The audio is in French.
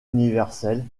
universel